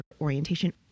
orientation